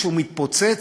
כשהוא מתפוצץ,